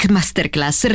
Masterclass